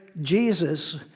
Jesus